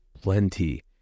Plenty